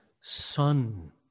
son